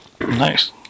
Nice